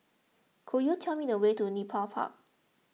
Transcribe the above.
could you tell me the way to Nepal Park